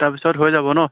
তাৰপিছত হৈ যাব ন